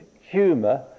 humour